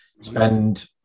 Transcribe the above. spend